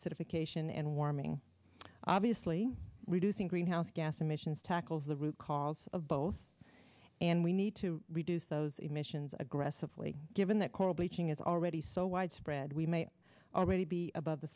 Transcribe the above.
acidification and warming obviously reducing greenhouse gas emissions tackles the root cause of both and we need to reduce those emissions aggressively given that coral bleaching is already so widespread we may already be above the